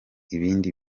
ibindi